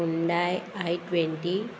Hyundai I twenty